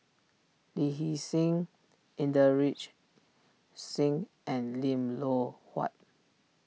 Lee Hee Seng Inderjit Singh and Lim Loh Huat